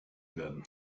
werden